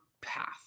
path